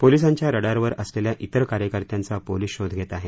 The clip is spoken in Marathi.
पोलिसांच्या रडारवर असलेल्या तिर कार्यकर्त्यांचा पोलीस शोध घेत आहेत